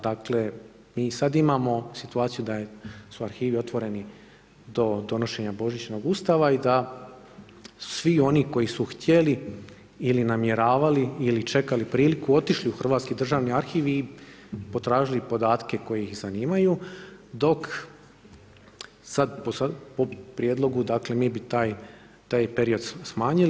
Dakle mi i sada imamo situaciju da su arhivi otvoreni do donošenja božićnog Ustava i da svi oni koji su htjeli ili namjeravali ili čekali priliku otišli u Hrvatski državni arhiv i potražili podatke koji ih zanimaju dok sada po prijedlogu mi bi taj period smanjili.